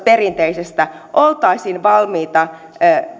perinteisen kohdalla oltaisiin valmiita